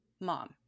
mom